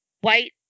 white